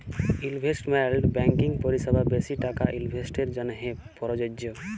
investment banking পরিসেবা বেশি টাকা ইলভেস্টের জ্যনহে পরযজ্য